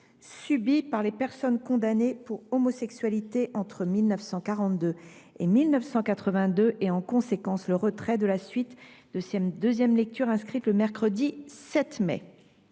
subis par les personnes condamnées pour homosexualité entre 1942 et 1982, et, en conséquence, le retrait de la suite de cette deuxième lecture inscrite le mercredi 7 mai